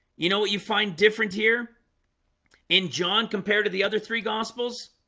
you know what you find different here in john compared to the other three gospels